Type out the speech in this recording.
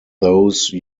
those